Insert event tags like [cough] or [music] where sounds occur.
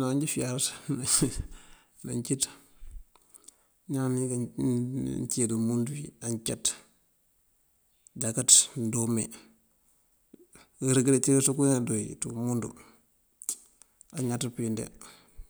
Noŋ njí fiyariţ [laughs] nan cíţ. Ñaan nancí ţí umundu uwí ana caţ já káţ ndoomee nërëgëretirëţ koowí nandoowí ţí umundu añaţ pëwín de